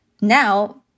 now